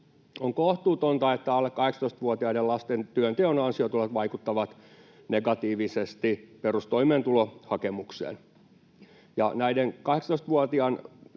On kohtuutonta, että alle 18-vuotiaiden lasten työnteon ansiotulot vaikuttavat negatiivisesti perustoimeentulohakemukseen. Näiden 18-vuotiaiden